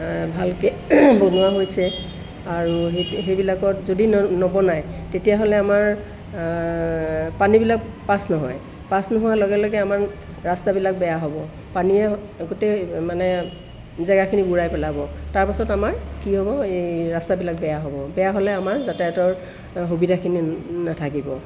ভালকৈ বনোৱা হৈছে আৰু সেই সেইবিলাকত যদি নবনাই তেতিয়াহ'লে আমাৰ পানীবিলাক পাছ নহয় পাছ নোহোৱাৰ লগে লগে আমাৰ ৰাস্তাবিলাক বেয়া হ'ব পানীয়ে গোটেই মানে জেগাখিনি বুৰাই পেলাব তাৰ পাছত আমাৰ কি হ'ব এই ৰাস্তাবিলাক বেয়া হ'ব বেয়া হ'লে আমাৰ যাতায়তৰ সুবিধাখিনি নাথাকিব